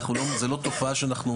זה לא תופעה שאנחנו,